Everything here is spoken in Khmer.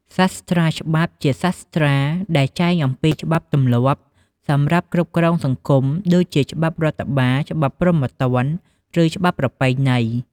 សាស្ត្រាច្បាប់ ជាសាស្ត្រាដែលចែងអំពីច្បាប់ទម្លាប់សម្រាប់គ្រប់គ្រងសង្គម ដូចជាច្បាប់រដ្ឋបាល ច្បាប់ព្រហ្មទណ្ឌ ឬច្បាប់ប្រពៃណី។